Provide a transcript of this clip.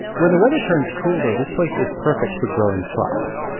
when the weather turns cool, though, this place is perfect for growing crops.